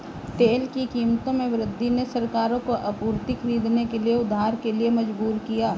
तेल की कीमतों में वृद्धि ने सरकारों को आपूर्ति खरीदने के लिए उधार के लिए मजबूर किया